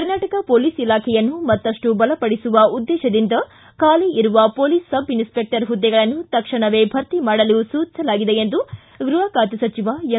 Karnataka police ಇಲಾಖೆಯನ್ನು ಮತ್ತಷ್ಟು ಬಲಪಡಿಸುವ ಉದ್ದೇಶದಿಂದ ಖಾಲಿ ಇರುವ ಪೊಲೀಸ್ ಸಬ್ ಇನ್ಸ್ಪೆಕ್ಟರ್ ಹುದ್ದೆಗಳನ್ನು ತಕ್ಷಣವೇ ಭರ್ತಿ ಮಾಡಲು ಸೂಚಿಸಲಾಗಿದೆ ಎಂದು ಗೃಹ ಖಾತೆ ಸಚಿವ ಎಂ